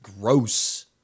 Gross